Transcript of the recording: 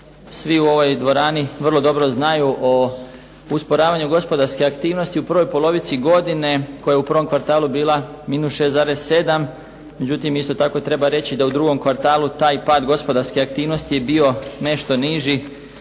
svi u ovoj dvorani vrlo dobro znaju o usporavanju gospodarske aktivnosti u prvoj polovici godine koja je u prvom kvartalu bila -6,7 međutim isto tako treba reći da u drugom kvartalu taj pad gospodarske aktivnosti je bio nešto niži